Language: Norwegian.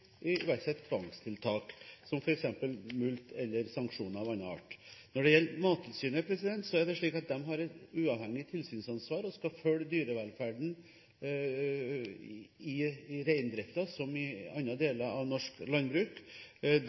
tvangstiltak, som f.eks. mulkt eller sanksjoner av annen art. Når det gjelder Mattilsynet, har de et uavhengig tilsynsansvar og skal følge dyrevelferden i reindriften, som i andre deler av norsk landbruk. De